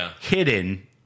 hidden